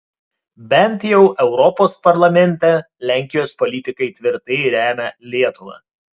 bent jau europos parlamente lenkijos politikai tvirtai remia lietuvą